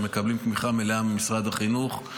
ומקבלים תמיכה ממשרד החינוך.